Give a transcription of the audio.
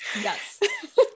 Yes